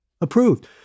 approved